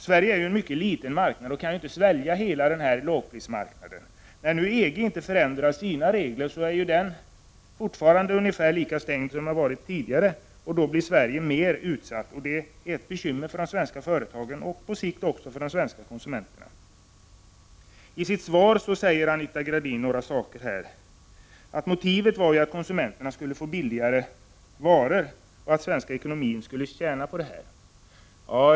Sverige är en mycket liten marknad och kan inte svälja hela den här lågprisimporten. När nu EG inte förändrar sina regler är ju den marknaden fortfarande lika stängd som den varit tidigare, och då blir Sverige mer utsatt. Det är ett bekymmer för de svenska företagen och på sikt också för de svenska konsumenterna. Anita Gradin säger i sitt svar att motivet var att konsumenterna skulle få billigare varor och att den svenska ekonomin skulle tjäna på detta.